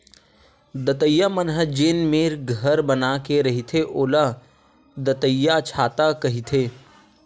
दतइया मन ह जेन मेर घर बना के रहिथे ओला दतइयाछाता कहिथे